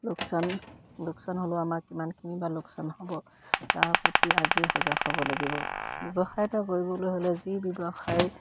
লোকচান লোকচান হ'লেও আমাৰ কিমান কিনিবা লোকচান হ'ব তাৰ প্ৰতি আগেয় সজাগ হ'ব লাগিব ব্যৱসায় এটা কৰিবলৈ হ'লে যি ব্যৱসায়